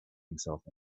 himself